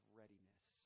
readiness